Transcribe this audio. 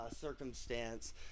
circumstance